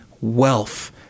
wealth